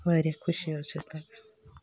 واریاہ خوٚشی حظ چھِ اَسہِ لگان